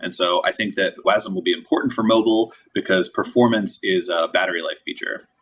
and so i think that wasm will be important for mobile, because performance is a battery life feature.